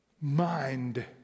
Mind